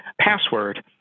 password